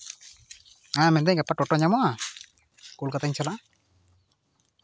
ᱦᱮᱸ ᱢᱮᱱᱫᱟᱹᱧ ᱜᱟᱯᱟ ᱴᱳᱴᱳ ᱧᱟᱢᱚᱜᱼᱟ ᱠᱳᱞᱠᱟᱛᱟᱧ ᱪᱟᱞᱟᱜᱼᱟ